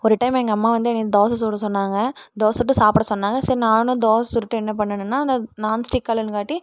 ஒரு டைம் எங்கள் அம்மா வந்து என்னை தோசை சுட சொன்னாங்கள் தோசை சுட்டு சாப்பிட சொன்னாங்கள் சரின்னு நானும் தோசை சுட்டு என்ன பண்ணுனேன்னால் அந்த நான்ஸ்டிக்கலன் காட்டி